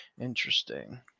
Interesting